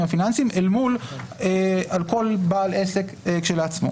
הפיננסיים אל מול כל בעל עסק כשלעצמו.